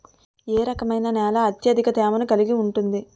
ఏ రకమైన నేల అత్యధిక తేమను కలిగి ఉంటుంది?